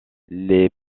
les